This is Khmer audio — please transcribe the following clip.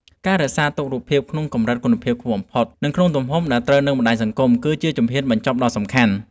ការរក្សាទុក រូបភាពក្នុងកម្រិតគុណភាពខ្ពស់បំផុត និងក្នុងទំហំដែលត្រូវនឹងបណ្ដាញសង្គម គឺជាជំហ៊ានបញ្ចប់ដ៏សំខាន់។